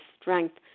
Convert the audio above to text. strength